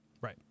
Right